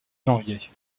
janvier